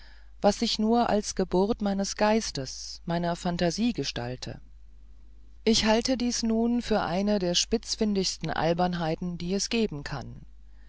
was sich nur als geburt meines geistes meiner phantasie gestalte ich halte dies nun für eine der spitzfindigsten albernheiten die es geben kann